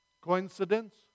Coincidence